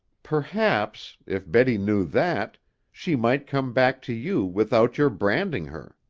perhaps if betty knew that she might come back to you, without your branding her.